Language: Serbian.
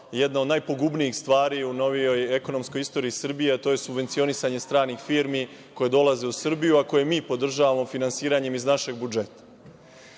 jedna od najpogubnijih stvari u novijoj ekonomskoj istoriji Srbije, a to je subvencionisanje stranih firmi koje dolaze u Srbiju, a koje mi podržavamo finansiranjem iz našeg budžeta. Izuzetno